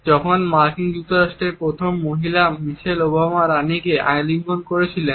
যখন মার্কিন যুক্তরাষ্ট্রের প্রথম মহিলা মিশেল ওবামা রানীকে আলিঙ্গন করেন